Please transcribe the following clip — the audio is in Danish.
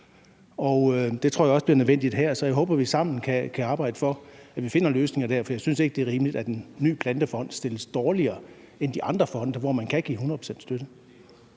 det tror jeg også bliver nødvendigt her. Så jeg håber, vi sammen kan arbejde for, at vi finder løsninger der, for jeg synes ikke, det er rimeligt, at en ny plantefond stilles dårligere end de andre fonde, ved at man ikke kan give et hundrede procent støtte.